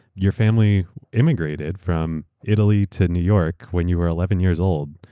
your family immigrated from italy to new york when you were eleven years old.